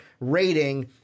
rating